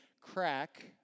crack